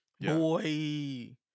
Boy